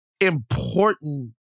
important